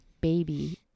baby